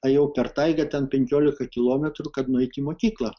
ėjau per taigą ten penkiolika kilometrų kad nueit į mokyklą